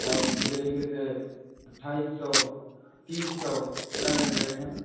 اور اسی طریقے سے اٹھائیس سو تیس سو الگ الگ ریٹ ہیں